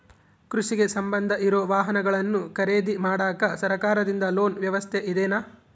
ಕೃಷಿಗೆ ಸಂಬಂಧ ಇರೊ ವಾಹನಗಳನ್ನು ಖರೇದಿ ಮಾಡಾಕ ಸರಕಾರದಿಂದ ಲೋನ್ ವ್ಯವಸ್ಥೆ ಇದೆನಾ?